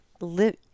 live